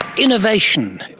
innovation.